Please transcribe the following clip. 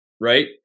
Right